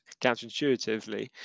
counterintuitively